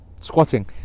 Squatting